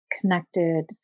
connected